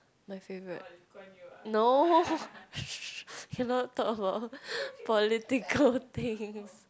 my favourite no cannot talk about political things